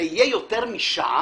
זה יהיה יותר משעה,